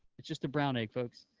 it's just a brown egg, folks.